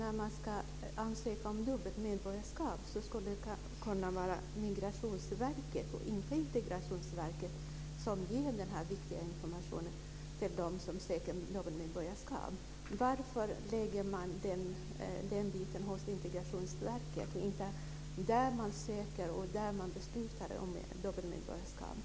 När människor ansöker om dubbelt medborgarskap skulle Migrationsverket och inte Integrationsverket kunna ge den viktiga informationen till dem som söker dubbelt medborgarskap. Varför lägger man den biten hos Integrationsverket och inte där människor ansöker om och där man beslutar om dubbelt medborgarskap?